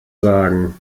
sagen